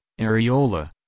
areola